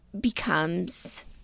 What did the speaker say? becomes